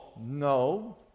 No